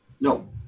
No